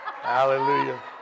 Hallelujah